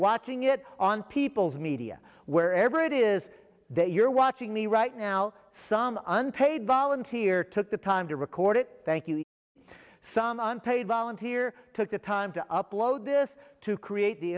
watching it on people's media wherever it is that you're watching me right now some unpaid volunteer took the time to record it thank you some unpaid volunteer took the time to upload this to create the